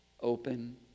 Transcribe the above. Open